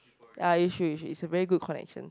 ya you should you should is a very good connection